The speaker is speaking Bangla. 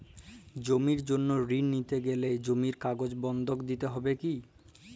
জমির জন্য ঋন নিতে গেলে জমির কাগজ বন্ধক দিতে হবে কি?